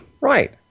Right